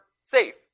safe